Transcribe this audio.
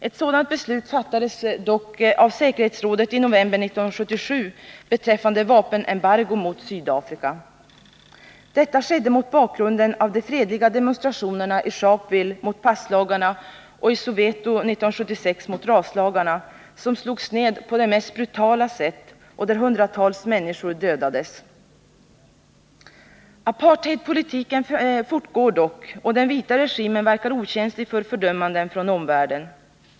Ett sådant beslut fattades dock av säkerhetssrådet i november 1977 beträffande vapenembargo mot Sydafrika. Detta skedde mot bakgrund av de fredliga demonstrationerna i Sharpeville mot passlagarna och i Soweto 1976 mot raslagarna, demonstrationer som slogs ned på det mest brutala sätt och där hundratals människor dödades. Apartheidpolitiken fortgår dock, och den vita regimen verkar okänslig för fördömanden från omvärlden.